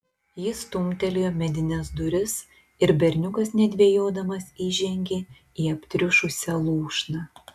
jis stumtelėjo medines duris ir berniukas nedvejodamas įžengė į aptriušusią lūšną